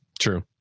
True